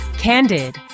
Candid